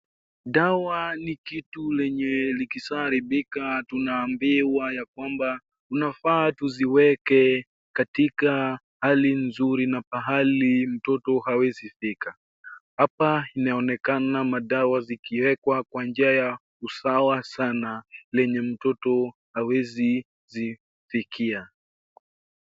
Dawa ni kitu lenye likishaharibika tunaambiwa ya kwamba unafaa tuziweke katika hali nzuri na pahali mtoto hawezi fika. Hapa inaonekana madawa zikiwekwa kwa njia ya usawa sana lenye mtoto hawezi zifikia.